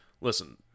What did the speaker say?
listen